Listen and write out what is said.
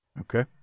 Okay